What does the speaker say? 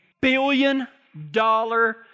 billion-dollar